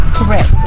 Correct